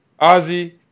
Ozzy